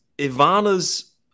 Ivana's